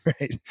Right